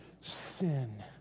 sin